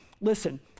Listen